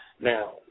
Now